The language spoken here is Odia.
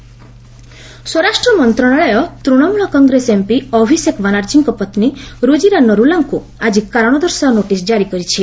ହୋମ୍ ଟିଏମ୍ସି ସ୍ୱରାଷ୍ଟ୍ର ମନ୍ତ୍ରଣାଳୟ ତୃଣମୂଳ କଂଗ୍ରେସ ଏମ୍ପି ଅଭିଷେକ ବାନାର୍ଜୀଙ୍କ ପତ୍ନୀ ରୁଜିରା ନରୁଲାଙ୍କୁ ଆକି କାରଣ ଦର୍ଶାଅ ନୋଟିସ୍ କାରି କରିଛି